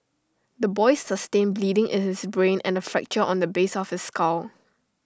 the boy sustained bleeding in his brain and A fracture on the base of his skull